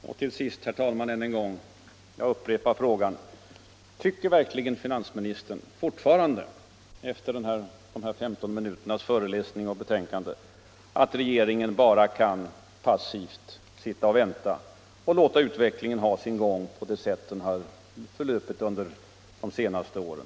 Och till sist, herr talman, upprepar jag frågan: Tycker verkligen finansministern fortfarande, efter de här 15 minuternas föreläsning, att regeringen bara kan passivt sitta och vänta och låta utvecklingen ha sin gång på det sätt den har förlupit under de senaste åren?